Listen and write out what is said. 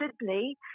Sydney